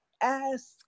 ask